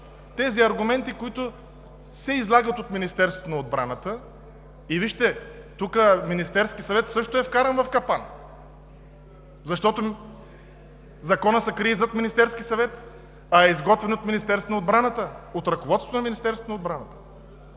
тези аргументи, които се излагат от Министерството на отбраната. Вижте, тук Министерският съвет също е вкаран в капан, защото Законът се крие зад Министерския съвет, а е изготвен от Министерството на отбраната, от ръководството на Министерството на отбраната!